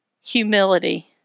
humility